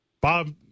Bob